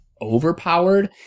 overpowered